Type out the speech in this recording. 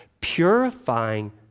purifying